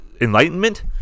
enlightenment